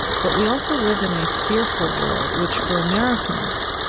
but we also live in a fearful world, which for americans,